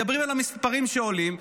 מדברים על המספרים שעולים,